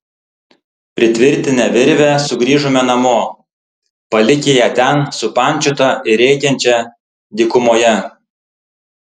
pritvirtinę virvę sugrįžome namo palikę ją ten supančiotą ir rėkiančią dykumoje